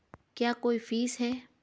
क्या कोई फीस है?